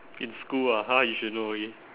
in school ah ha you should know okay